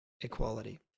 equality